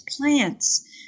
plants